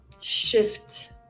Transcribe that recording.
shift